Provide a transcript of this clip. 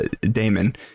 damon